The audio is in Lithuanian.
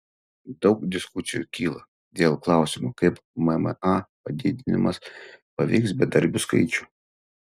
daug diskusijų kyla dėl klausimo kaip mma padidinimas paveiks bedarbių skaičių